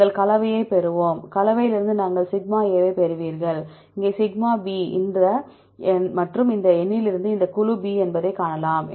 நாங்கள் கலவையைப் பெறுவோம் கலவையிலிருந்து நீங்கள் σ பெறுவீர்கள் இங்கே σ மற்றும் இந்த எண்ணிலிருந்து இது குழு B என்பதைக் காணலாம்